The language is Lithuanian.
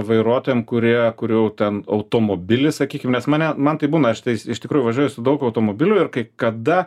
vairuotojam kurie kurių ten automobilis sakykim nes mane man tai būna aš tais iš tikrųjų važiuoju su daug automobilių ir kai kada